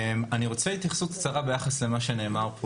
אני רוצה התייחסות קצרה ביחס למה שנאמר פה.